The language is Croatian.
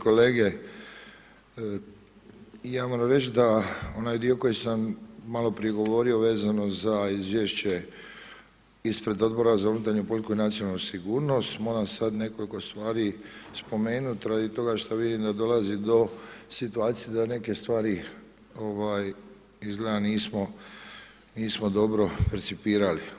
Kolegice i kolege, ja moram reći da onaj dio koji sam malo prije govorio vezano za Izvješće ispred Odbora za unutarnju politiku i nacionalnu sigurnost moram sada nekoliko stvari spomenuti radi toga što vidim da dolazi do situacije da neke stvari izgleda nismo dobro percipirali.